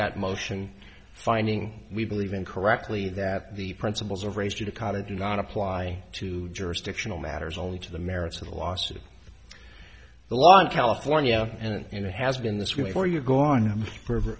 that motion finding we believe in correctly that the principles of race to the college do not apply to jurisdictional matters only to the merits of the lawsuit the law in california and it has been this way before you go on forever